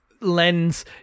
lens